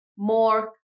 more